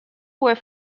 were